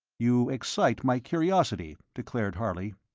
you excite my curiosity, declared harley.